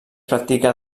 practica